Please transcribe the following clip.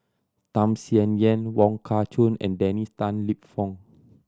Tham Sien Yen Wong Kah Chun and Dennis Tan Lip Fong